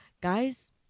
Guys